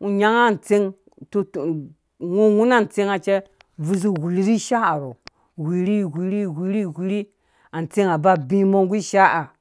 Nya nyanga atseng wuna vii zi wurhu ni shaaha whirhi wirhi wirhi wirhi atsenga ba bi mbɔ ngi ishaaha